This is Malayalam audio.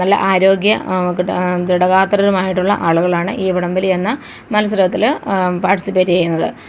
നല്ല ആരോഗ്യ കിട്ടാ ദൃഢഗാത്രരും ആയിട്ടുള്ള ആളുകളാണ് ഈ വടം വലി എന്ന മത്സരത്തില് പാർട്ടിസിപ്പേറ്റ് ചെയ്യുന്നത്